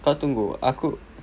kau tunggu aku